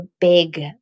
big